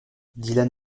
dylan